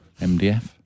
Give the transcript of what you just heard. MDF